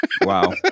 Wow